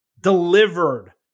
delivered